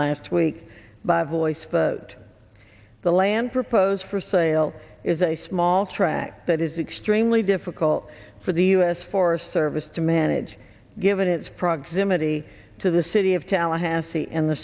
last week by voice but the land proposed for sale is a small tract that is extremely difficult for the u s forest service to manage given its proximity to the city of tallahassee and the